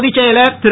பொதுச்செயலர் திரு